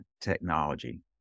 technology